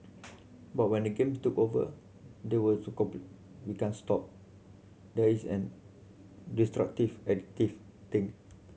but when the game took over they were so we can't stop there is an destructive addictive thing